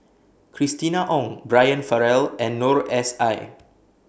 Christina Ong Brian Farrell and Noor S I